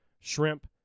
shrimp